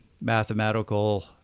mathematical